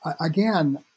Again